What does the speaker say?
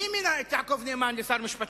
מי מינה את יעקב נאמן לשר המשפטים?